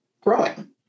growing